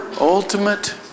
ultimate